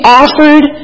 offered